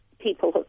people